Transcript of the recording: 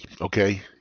Okay